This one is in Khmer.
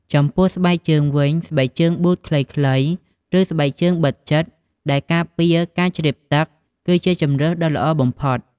ចំពោះស្បែកជើងវិញ ស្បែកជើងប៊ូតខ្លីៗ ឬ ស្បែកជើងបិទជិតដែលការពារការជ្រាបទឹក គឺជាជម្រើសដ៏ល្អបំផុត។